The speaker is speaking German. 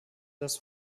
das